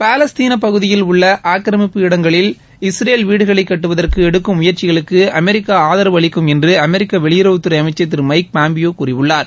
பாலஸ்தீன பகுதியில் உள்ள ஆக்கிரமிப்பு இடங்களில் இஸ்ரேல் வீடுகளைக் கட்டுவதற்கு எடுக்கும் முயற்சிகளுக்கு அமெரிக்கா ஆதரவு அளிக்கும் என்று அமெரிக்க வெளியுறவுத்துறை அமைச்சர் திரு எமக் பாம்பியோ கூறியுள்ளார்